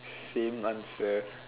same answer